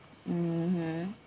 mmhmm